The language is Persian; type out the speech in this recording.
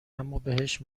امابهش